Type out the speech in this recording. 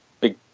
big